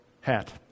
hat